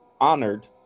honored